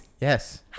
Yes